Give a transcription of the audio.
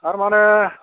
तारमाने